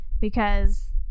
because-